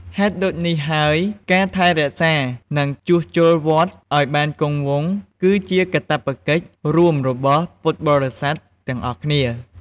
ហេតុដូច្នេះហើយ ការថែរក្សា និងជួសជុលវត្តឱ្យបានគង់វង្ស គឺជាកាតព្វកិច្ចរួមរបស់ពុទ្ធបរិស័ទទាំងអស់គ្នា។